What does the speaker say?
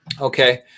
Okay